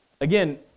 Again